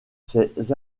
ses